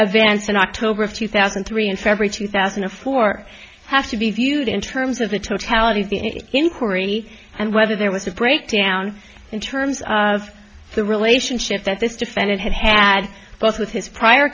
advance in october of two thousand and three and february two thousand and four has to be viewed in terms of the totality of the inquiry and whether there was a breakdown in terms of the relationship that this defendant had had both with his prior